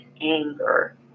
anger